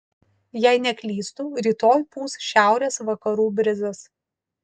jei neklystu rytoj pūs šiaurės vakarų brizas